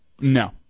No